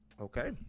Okay